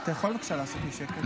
אתה יכול בבקשה לעשות לי שקט?